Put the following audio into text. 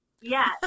yes